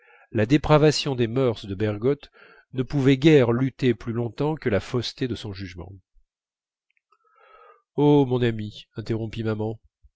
la dépravation des mœurs de bergotte ne pouvait guère lutter plus longtemps que la fausseté de son jugement oh mon ami interrompit maman